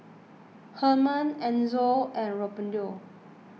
Herman Enzo and Randolph